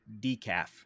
decaf